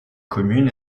commune